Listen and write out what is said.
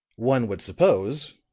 one would suppose,